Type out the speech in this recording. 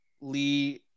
Lee